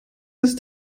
ist